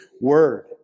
word